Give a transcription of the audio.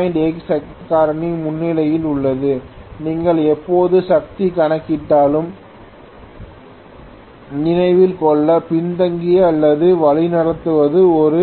8 சக்தி காரணி முன்னணியில் உள்ளது நீங்கள் எப்போது சக்தி கணக்கிட்டாலும் நினைவில் கொள்க பின்தங்கிய அல்லது வழிநடத்துவது ஒரு